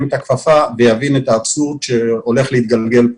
את הכפפה ויבין את האבסורד שהולך להתגלגל.